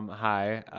hi.